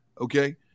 okay